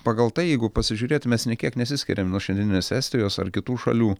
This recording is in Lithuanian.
pagal tai jeigu pasižiūrėtume mes nei kiek nesiskiriam nuo šiandieninės estijos ar kitų šalių